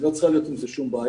לא צריכה להיות עם זה כל בעיה.